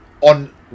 On